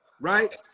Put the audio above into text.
right